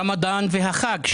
רמדאן והחג.